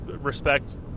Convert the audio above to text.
respect